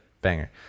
Banger